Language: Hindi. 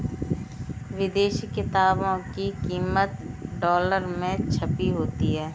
विदेशी किताबों की कीमत डॉलर में छपी होती है